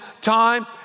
time